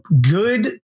good